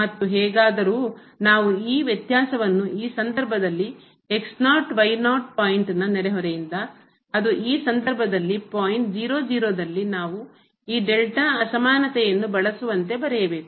ಮತ್ತು ಹೇಗಾದರೂ ನಾವು ಈ ವ್ಯತ್ಯಾಸವನ್ನು ಈ ಸಂದರ್ಭದಲ್ಲಿ ಪಾಯಿಂಟ್ ನ ನೆರೆಹೊರೆಯಿಂದ ಅದು ಈ ಸಂದರ್ಭದಲ್ಲಿ ಪಾಯಿಂಟ್ ನಾವು ಈ ಡೆಲ್ಟಾ ಅಸಮಾನತೆಯನ್ನು ಬಳಸುವಂತೆ ಬರೆಯಬೇಕು